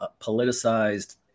politicized